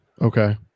Okay